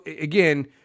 again